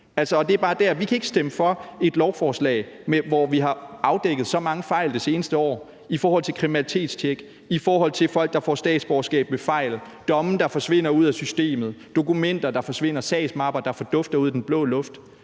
Vi kan ikke stemme for et lovforslag, hvor vi har afdækket så mange fejl i det seneste år i forhold til kriminalitetstjek, i forhold til folk, der får statsborgerskab ved en fejl, domme, der forsvinder ud af systemet, dokumenter, der forsvinder, sagsmapper, der fordufter og forsvinder ud i den blå luft,